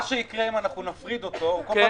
מה שיקרה אם אנחנו נפריד אותו הוא כל פעם